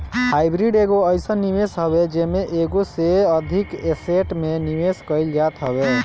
hybrid एगो अइसन निवेश हवे जेमे एगो से अधिक एसेट में निवेश कईल जात हवे